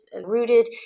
rooted